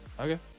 Okay